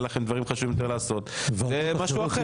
לכם דברים חשובים יותר לעשות זה משהו אחר.